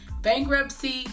bankruptcy